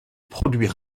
produit